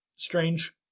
strange